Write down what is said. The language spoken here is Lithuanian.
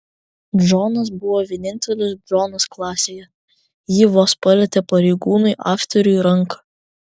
džonas buvo vienintelis džonas klasėje ji vos palietė pareigūnui afteriui ranką